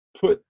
put